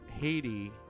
Haiti